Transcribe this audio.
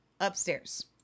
Upstairs